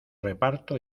reparto